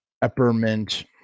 Peppermint